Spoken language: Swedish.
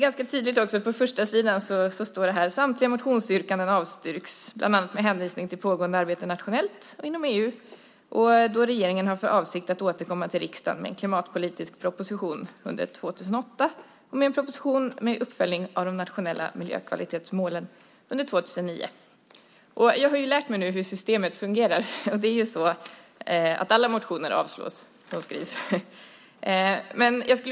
På första sidan står det: "Samtliga motionsyrkanden avstyrks, bl.a. med hänvisning till pågående arbete nationellt och inom EU och då regeringen har för avsikt att återkomma till riksdagen med en klimatpolitisk proposition under 2008 och med en proposition med uppföljning av de nationella miljökvalitetsmålen under 2009." Jag har ju lärt mig nu hur systemet fungerar. Det är ju så: Alla motioner som väcks avstyrks.